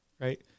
right